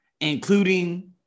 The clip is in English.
including